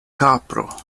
kapro